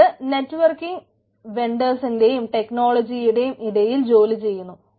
ഇത് നെറ്റ്വർക്കിങ്ങ് വെൻടേഴ്സിന്റെയും ടെക്നോളജിയുടെയും ഇടയിൽ ജോലി ചെയ്യുന്നു